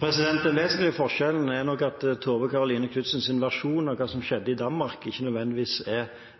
vesentlige forskjellen er nok at Tove Karoline Knutsens versjon av hva som